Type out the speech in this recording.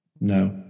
No